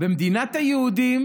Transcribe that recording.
במדינת היהודים